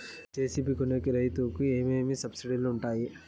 JCB కొనేకి రైతుకు ఏమేమి సబ్సిడి లు వుంటాయి?